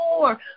more